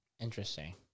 Interesting